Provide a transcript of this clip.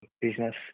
business